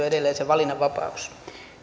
edelleen se valinnanvapaus